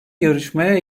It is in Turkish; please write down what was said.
yarışmaya